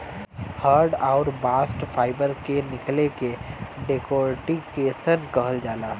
hurd आउर bast fibre के निकले के डेकोर्टिकेशन कहल जाला